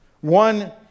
One